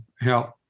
help